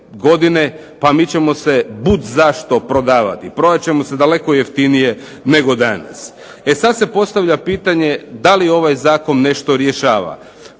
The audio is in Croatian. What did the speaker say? pa mi ćemo se budzašto prodavati. Prodat ćemo se daleko jeftinije nego danas. E sad se postavlja pitanje da li ovaj zakon nešto rješava?